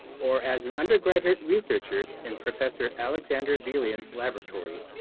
or as an undergraduate researcher in professor alexandra velian's laboratory.